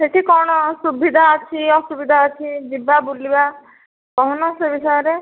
ସେଠି କଣ ସୁବିଧା ଅଛି ଅସୁବିଧା ଅଛି ଯିବା ବୁଲିବା କହୁନ ସେହି ବିଷୟରେ